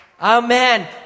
Amen